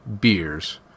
beers